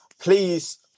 Please